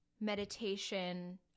meditation